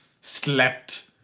slept